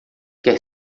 quer